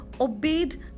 obeyed